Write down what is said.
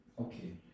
Okay